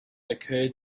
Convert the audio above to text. occurred